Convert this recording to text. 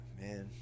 Man